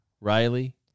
Riley